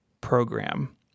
program